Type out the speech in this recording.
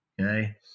Okay